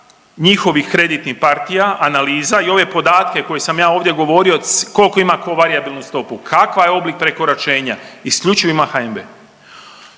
njihovih kreditnih partija, analiza i ove podatke koje sam ja ovdje govorio koliko ko ima varijabilnu stopu, kakav je oblik prekoračenja isključivo ima HNB.